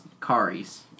Kari's